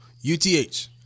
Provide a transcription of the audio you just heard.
UTH